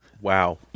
Wow